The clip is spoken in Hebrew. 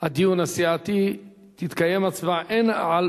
הדיון הסיעתי תתקיים הצבעה, הן על